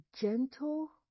gentle